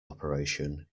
operation